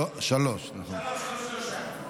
שלוש, נכון.